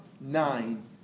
Nine